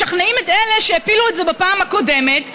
משכנעים את אלה שהפילו את זה בפעם הקודמת,